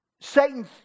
Satan